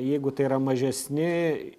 jeigu tai yra mažesni